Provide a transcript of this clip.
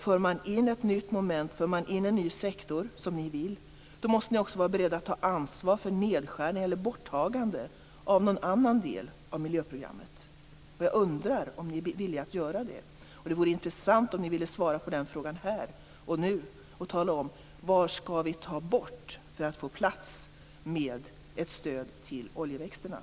För man in ett nytt moment, en ny sektor, som ni vill, måste man också vara beredd att ta ansvar för nedskärning eller borttagande av någon annan del av miljöprogrammet. Jag undrar om ni är villiga att göra det. Det vore intressant om ni ville svara på den frågan här och nu och tala om vad vi skall ta bort för att få plats med ett stöd till oljeväxtodlingen.